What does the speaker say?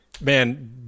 Man